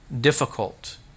difficult